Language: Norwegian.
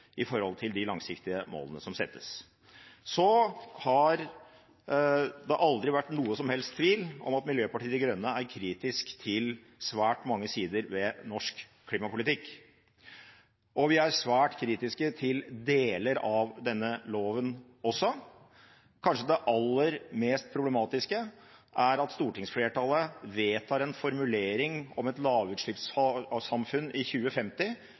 de langsiktige målene som settes. Så har det aldri vært noen som helst tvil om at Miljøpartiet De Grønne er kritisk til svært mange sider ved norsk klimapolitikk, og vi er svært kritiske til deler av denne loven også. Kanskje det aller mest problematiske er at stortingsflertallet vedtar en formulering om et lavutslippssamfunn i 2050